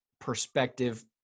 perspective